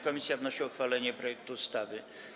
Komisja wnosi o uchwalenie projektu ustawy.